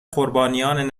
قربانیان